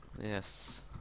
Yes